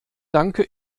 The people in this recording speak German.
danke